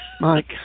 Mike